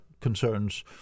concerns